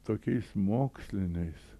tokiais moksliniais